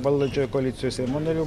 valdančiojoj koalicijoj seimo narių